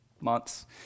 months